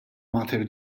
mater